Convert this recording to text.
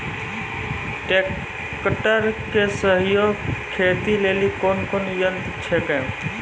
Tractor के सहयोगी खेती लेली कोन कोन यंत्र छेकै?